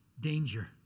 danger